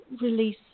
release